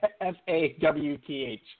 F-A-W-T-H